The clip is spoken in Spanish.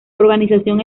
organización